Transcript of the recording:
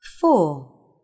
Four